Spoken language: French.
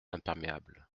imperméable